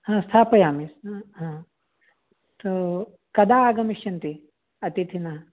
हा स्थापयामि ह हा कदा आगमिष्यन्ति अतिथिनः